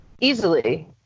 Easily